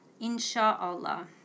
Insha'Allah